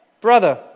brother